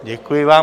Děkuji vám.